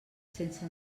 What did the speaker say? sense